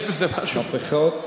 מהפכות.